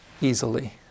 easily